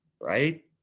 right